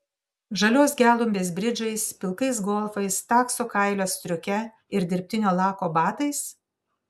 žalios gelumbės bridžais pilkais golfais takso kailio striuke ir dirbtinio lako batais